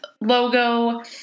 logo